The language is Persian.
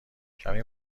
کمی